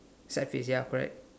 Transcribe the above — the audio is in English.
sad face ya correct